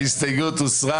ההסתייגות הוסרה.